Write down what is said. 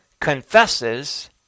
confesses